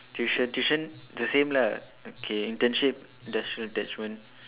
tuition tuition the same lah okay internship industrial attachment